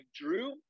drew